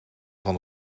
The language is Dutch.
van